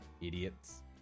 idiots